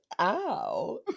Ow